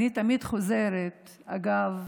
לנשים, אגב